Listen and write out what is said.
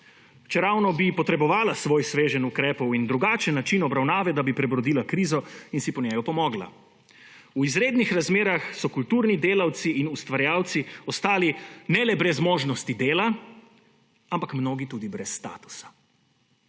čeravno bi potrebovala svoj sveženj ukrepov in drugačen način obravnave, da bi prebrodila krizo in si po njej opomogla. V izrednih razmerah so kulturni delavci in ustvarjalci ostali ne le brez možnosti dela, ampak mnogi tudi brez statusa.